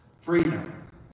freedom